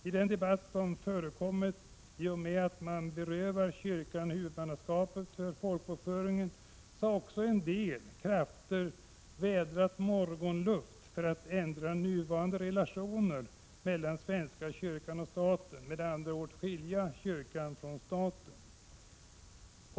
I den debatt som förekommit i och med att man velat beröva kyrkan huvudmannaskapet för folkbokföringen har en del krafter vädrat morgonluft när det gäller ändring av nuvarande relationer mellan svenska kyrkan och staten, dvs. ett skiljande av kyrkan från staten.